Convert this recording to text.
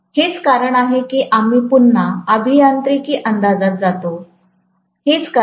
हेच कारण आहे की आम्ही पुन्हा अभियांत्रिकी अंदाजात जातो हेच कारण आहे